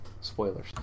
spoilers